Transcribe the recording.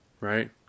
Right